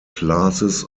classes